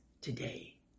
today